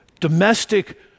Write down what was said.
domestic